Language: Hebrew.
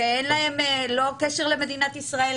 שאין להן קשר למדינת ישראל,